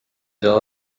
saa